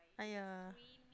ah yeah